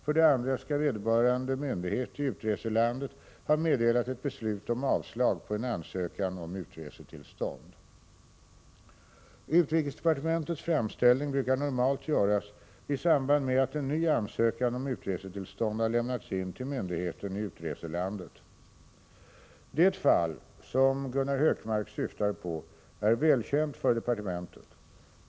För det andra skall vederbörande myndighet i utreselandet ha meddelat ett beslut om avslag på en ansökan om utresetillstånd. Utrikesdepartementets framställning brukar normalt göras i samband med att en ny ansökan om utresetillstånd har lämnats in till myndigheten i utreselandet. Det fall som Gunnar Hökmark syftar på är välkänt för departementet.